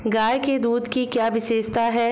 गाय के दूध की क्या विशेषता है?